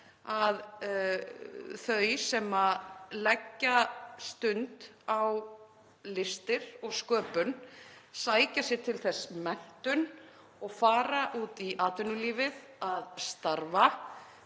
að þau sem leggja stund á listir og sköpun, sækja sér til þess menntun og fara út í atvinnulífið að starfa